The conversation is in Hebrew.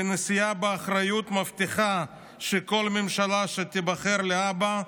והנשיאה באחריות מבטיחה שכל ממשלה שתיבחר להבא,